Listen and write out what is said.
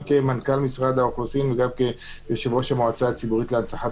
מנכ"ל משרד האוכלוסין ויושב-ראש המועצה הציבורית להנצחת